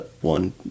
one